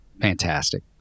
fantastic